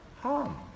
harm